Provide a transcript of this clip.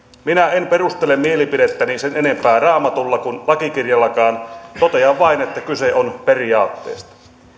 minä en perustele mielipidettäni sen enempää raamatulla kuin lakikirjallakaan totean vain että kyse on periaatteesta